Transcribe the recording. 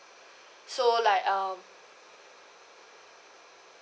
so like um